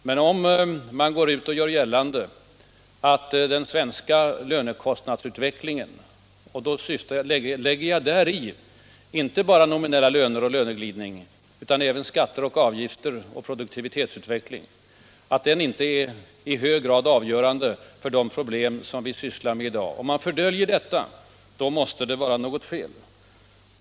Men om man gör gällande att den svenska arbetskraftskostnadsutvecklingen — däri inbegriper jag då inte bara nominella löner och löneglidning utan även skatter och avgifter och produktivitetsutveckling — inte är i hög grad avgörande för de problem som vi behandlar i dag, om man fördöljer detta, då måste det vara något som gått fel.